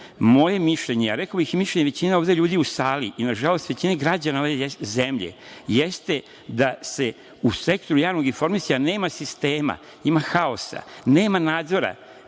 mišljenje, a rekao bih i mišljenje većine ljudi u sali i nažalost većina građana ove zemlje jeste da u sektoru javnog informisanja nema sistema, ima haosa. Nema nadzora